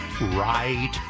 right